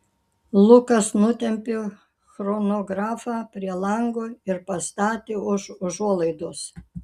lukas nutempė chronografą prie lango ir pastatė už užuolaidos